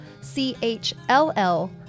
C-H-L-L-